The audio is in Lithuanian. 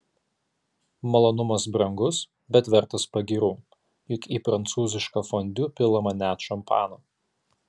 malonumas brangus bet vertas pagyrų juk į prancūzišką fondiu pilama net šampano